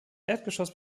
erdgeschoss